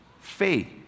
Faith